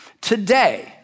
Today